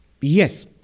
Yes